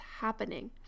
happening